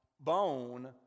bone